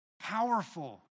powerful